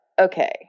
okay